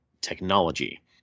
technology